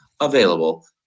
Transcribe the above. available